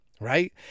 right